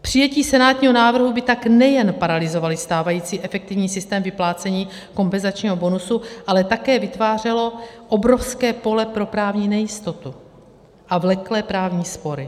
Přijetí senátního návrhu by tak nejen paralyzovalo stávající efektivní systém vyplácení kompenzačního bonusu, ale také vytvářelo obrovské pole pro právní nejistotu a vleklé právní spory.